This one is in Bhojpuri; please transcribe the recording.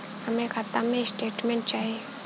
हमरे खाता के स्टेटमेंट चाही?